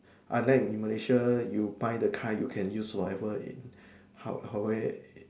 unlike Malaysia you buy the car you can use forever in